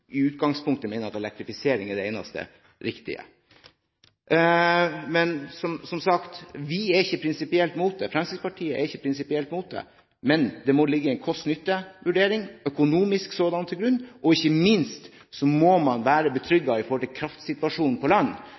utgangspunktet mener at elektrifisering er det eneste riktige. Som sagt, Fremskrittspartiet er ikke prinsipielt imot det, men det må ligge en kost–nytte-vurdering – økonomisk sådan – til grunn. Ikke minst må man være trygg når det gjelder kraftsituasjonen på land.